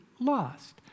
lost